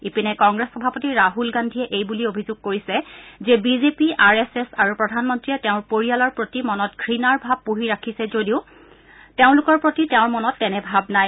ইপিনে কংগ্ৰেছ সভাপতি ৰাহুল গান্ধীয়ে এই বুলি অভিযোগ কৰিছে যে বিজেপি আৰ এছ এছ আৰু প্ৰধানমন্ত্ৰীয়ে তেওঁৰ পৰিয়ালৰ প্ৰতি মনত ঘণাৰ ভাৱ পুহি ৰাখিছে যদিও তেওঁলোকৰ প্ৰতি তেওঁৰ মনত তেনে ভাৱ নাই